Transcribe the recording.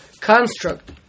construct